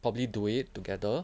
probably do it together